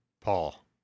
Paul